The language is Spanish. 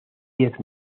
diez